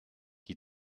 die